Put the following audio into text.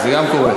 זה גם קורה.